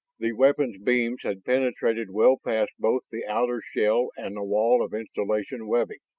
the weapons' beams had penetrated well past both the outer shell and the wall of insulation webbing.